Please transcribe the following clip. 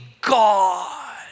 God